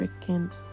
freaking